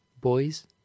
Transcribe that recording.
Boys